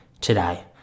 today